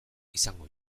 izango